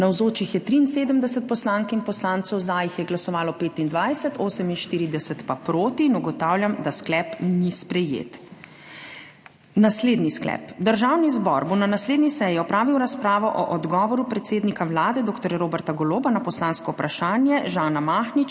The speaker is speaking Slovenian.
Navzočih je 73 poslank in poslancev, 25 jih je glasovalo za, proti 48. (Za je glasovalo 25.) (Proti 48.) Ugotavljam, da sklep ni sprejet. Naslednji sklep: Državni zbor bo na naslednji seji opravil razpravo o odgovoru predsednika Vlade dr. Roberta Goloba na poslansko vprašanje Žana Mahniča